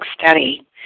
Study